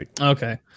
Okay